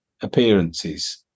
appearances